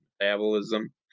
metabolism